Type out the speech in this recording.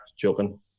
joking